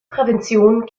prävention